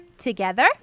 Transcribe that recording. Together